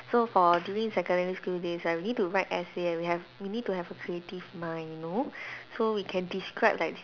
so for during secondary school days you need to write essay and we have we need to have a creative mind you know so we can describe like